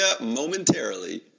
momentarily